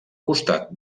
costat